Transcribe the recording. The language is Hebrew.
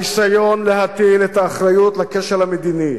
הניסיון להטיל את האחריות לכשל המדיני